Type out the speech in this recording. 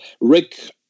Rick